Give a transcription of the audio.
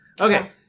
Okay